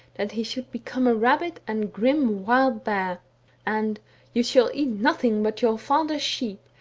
that he should become a rabid and grim wild bear and you shall eat nothing but your father's sheep,